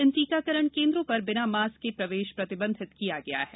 इन टीकाकरण केंद्रों पर बिना मास्क के प्रवेष प्रतिबंधित किया गया है